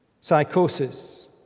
psychosis